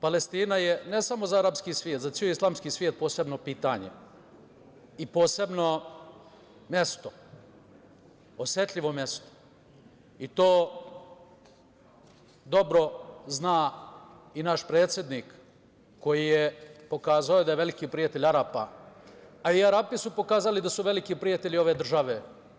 Palestina je ne samo za arapski svet, za ceo islamski svet posebno pitanje i posebno mesto, osetljivo mesto i to dobro zna i naš predsednik, koji je pokazao da je veliki prijatelj Arapa, a i Arapi su pokazali da su veliki prijatelji ove države.